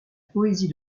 poésie